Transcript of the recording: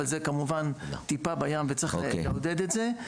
אבל זה כמובן זה טיפה בים וצריך לעודד את זה.